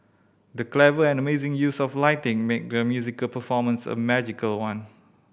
the clever and amazing use of lighting made the musical performance a magical one